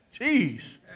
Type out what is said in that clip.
Jeez